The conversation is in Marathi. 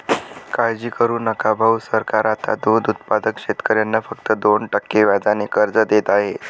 काळजी करू नका भाऊ, सरकार आता दूध उत्पादक शेतकऱ्यांना फक्त दोन टक्के व्याजाने कर्ज देत आहे